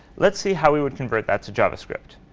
let's see how we would convert that to javascript.